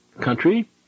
country